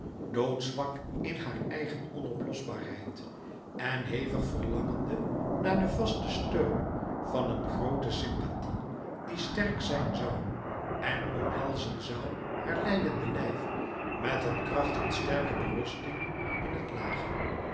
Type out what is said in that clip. doodzwak in haar eigen onoplosbaarheid en hevig verlangende naar den vasten steun van een groote sympathie die sterk zijn zoû en omhelzen zoû haar lijdende lijf met een kracht van sterke berusting in het lage